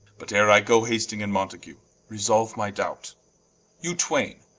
but ere i goe, hastings and mountague resolue my doubt you twaine,